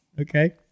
Okay